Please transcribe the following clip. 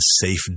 safe